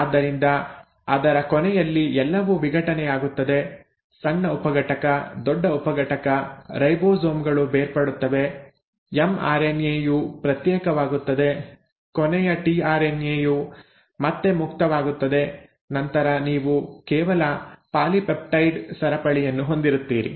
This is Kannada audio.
ಆದ್ದರಿಂದ ಅದರ ಕೊನೆಯಲ್ಲಿ ಎಲ್ಲವೂ ವಿಘಟನೆಯಾಗುತ್ತದೆ ಸಣ್ಣ ಉಪಘಟಕ ದೊಡ್ಡ ಉಪಘಟಕ ರೈಬೋಸೋಮ್ ಗಳು ಬೇರ್ಪಡುತ್ತವೆ ಎಂಆರ್ಎನ್ಎ ಯು ಪ್ರತ್ಯೇಕವಾಗುತ್ತದೆ ಕೊನೆಯ ಟಿಆರ್ಎನ್ಎ ಯು ಮತ್ತೆ ಮುಕ್ತವಾಗುತ್ತದೆ ನಂತರ ನೀವು ಕೇವಲ ಪಾಲಿಪೆಪ್ಟೈಡ್ ಸರಪಳಿಯನ್ನು ಹೊಂದಿರುತ್ತೀರಿ